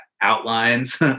Outlines